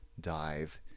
dive